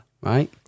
Right